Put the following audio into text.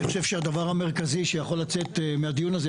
אני חושב שהדבר המרכזי שיכול לצאת מהדיון הזה,